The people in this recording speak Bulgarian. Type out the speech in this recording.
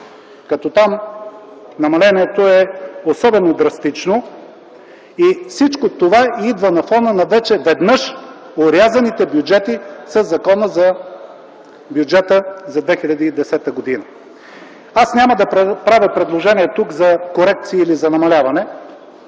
като там намалението е особено драстично. Всичко това идва на фона на вече веднъж орязаните бюджети със Закона за бюджета за 2010 г. Аз няма да правя предложения тук за корекция или за намаляване,